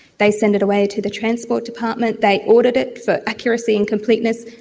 they send it away to the transport department, they audit it for accuracy and completeness,